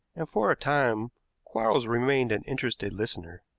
and for a time quarles remained an interested listener.